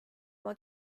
oma